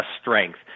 strength